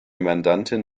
mandantin